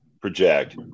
project